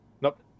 Nope